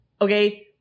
Okay